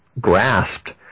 grasped